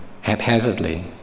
haphazardly